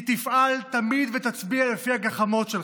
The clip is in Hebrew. היא תפעל תמיד ותצביע לפי הגחמות שלך,